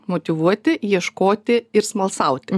motyvuoti ieškoti ir smalsauti